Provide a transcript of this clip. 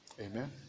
Amen